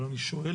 אבל אני שואל,